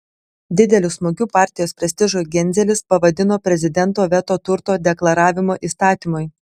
dideliu smūgiu partijos prestižui genzelis pavadino prezidento veto turto deklaravimo įstatymui